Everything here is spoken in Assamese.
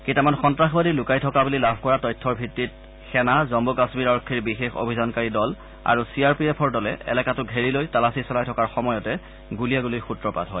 কেইটামান সন্তাসবাদী লুকাই থকা বুলি লাভ কৰা তথ্যৰ ভিত্তিত সেনা জম্মু কাম্মীৰ আৰক্ষীৰ বিশেষ অভিযানকাৰী দল আৰু চি আৰ পি এফৰ দলে এলেকাটো ঘেৰি লৈ তালাচী চলাই থকাৰ সময়তে গুলিয়াগুলীৰ সূত্ৰপাত হয়